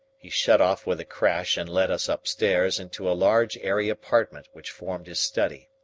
he shut off with a crash and led us upstairs into a large airy apartment which formed his study.